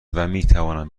میتوانم